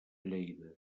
lleida